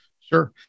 Sure